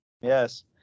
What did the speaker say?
Yes